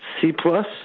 C-plus